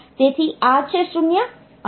તેથી આ છે 0 અને આ 1 છે